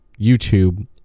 YouTube